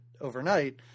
overnight